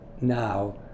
now